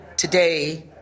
Today